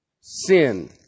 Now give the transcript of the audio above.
sin